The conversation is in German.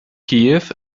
kiew